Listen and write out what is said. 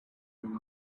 going